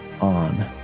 on